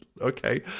Okay